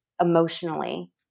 emotionally